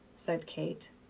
said kate,